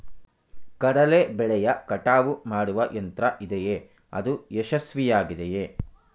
ಕಡಲೆ ಬೆಳೆಯ ಕಟಾವು ಮಾಡುವ ಯಂತ್ರ ಇದೆಯೇ? ಅದು ಯಶಸ್ವಿಯಾಗಿದೆಯೇ?